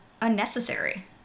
unnecessary